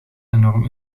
enorm